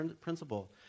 principle